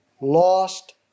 lost